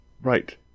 Right